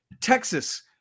Texas